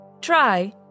Try